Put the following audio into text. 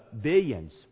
billions